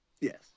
Yes